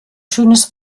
schönes